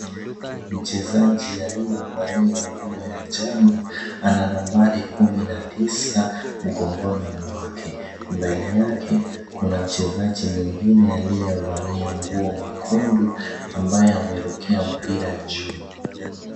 Mchezaji aliyevalia nguo ya njano ana nambari kumi na tisa mgongoni mwake. Mbele yake kuna mchezaji mwingine aliyevalia nguo mwekundu ambaye amerukia mpira juu.